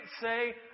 say